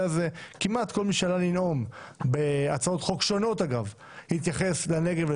הזה כמעט כל מי שעלה לנאום בהצעות חוק שונות התייחס לנגב.